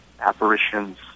apparitions